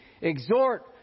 exhort